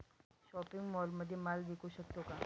Shopping मॉलमध्ये माल विकू शकतो का?